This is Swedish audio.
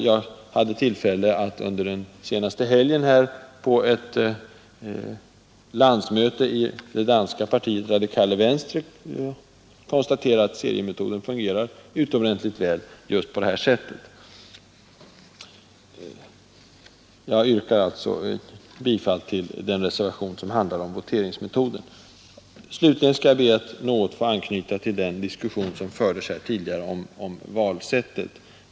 Jag hade tillfälle att under den senaste helgen på ett landsmöte med det danska partiet Det radikale venstre konstatera, att seriemetoden fungerar utomordentligt väl just på det här sättet Jag yrkar alltså bifall till den reservation som handlar om voteringsmetoden. Jag skall så be att något få anknyta till den diskussion som fördes här tidigare om valsättet.